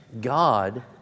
God